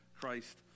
Christ